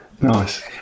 Nice